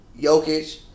Jokic